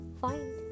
Fine